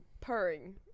purring